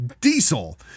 diesel